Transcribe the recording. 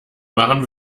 machen